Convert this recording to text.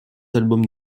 albums